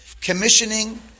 commissioning